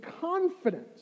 confidence